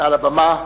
מעל הבמה.